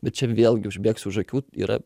bet čia vėlgi užbėgsiu už akių yra